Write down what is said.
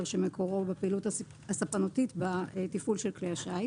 שמקורו בפעילות הספנותית בתפעול של כלי השיט,